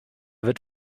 wird